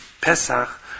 Pesach